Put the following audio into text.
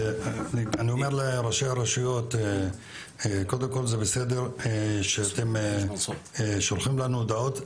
אני אומר לראשי הרשויות שזה בסדר שאתם שולחים לנו הודעות,